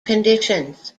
conditions